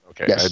Okay